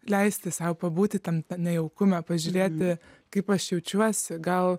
leisti sau pabūti tam nejaukume pažiūrėti kaip aš jaučiuosi gal